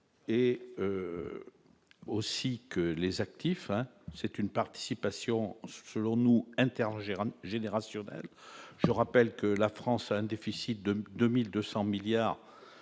et aussi que les actifs c'est une participation selon nous interroger générationnel, je rappelle que la France a un déficit de 2200 milliards